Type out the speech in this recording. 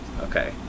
okay